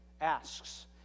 asks